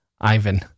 Ivan